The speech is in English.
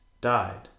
died